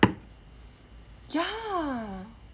ya